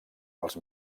als